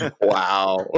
Wow